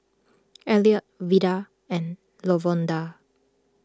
Elliott Veda and Lavonda